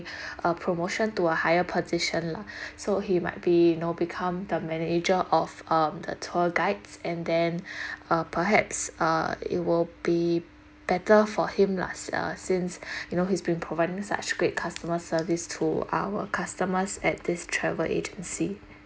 a promotion to a higher position lah so he might be you know become the manager of um the tour guides and then uh perhaps uh it will be better for him lah s~ uh since you know he's been providing such great customer service to our customers at this travel agency